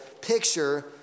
picture